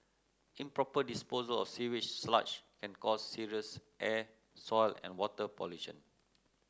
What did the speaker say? improper disposal of sewage sludge can cause serious air soil and water pollution